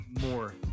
more